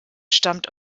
stammt